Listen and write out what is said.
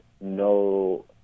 no